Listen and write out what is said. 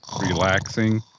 relaxing